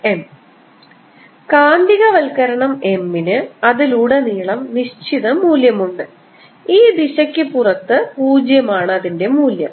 M കാന്തികവൽക്കരണo M ന് അതിലുടനീളം നിശ്ചിത മൂല്യമുണ്ട് ഈ ദിശക്ക് പുറത്ത് 0 ആണ് അതിൻറെ മൂല്യം